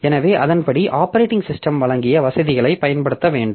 எனவே அதன்படி operating system வழங்கிய வசதிகளை பயன்படுத்த வேண்டும்